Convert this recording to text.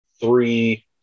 three